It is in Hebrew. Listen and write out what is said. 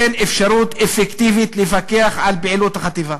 אין אפשרות אפקטיבית לפקח על פעילות החטיבה."